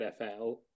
nfl